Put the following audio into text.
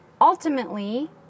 ultimately